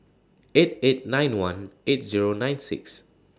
eight eight nine one eight Zero nine six